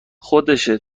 خودشه